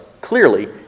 clearly